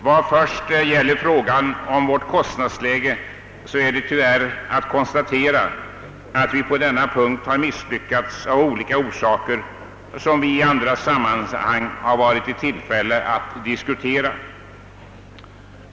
Vad först gäller frågan om vårt kostnadsläge kan vi tyvärr konstatera att vi på denna punkt har misslyckats på grund av olika orsaker som vi i andra sammanhang varit i tillfälle att diskutera.